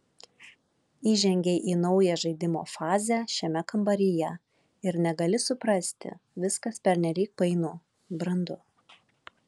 įžengei į naują žaidimo fazę šiame kambaryje ir negali suprasti viskas pernelyg painu brandu